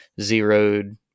Zeroed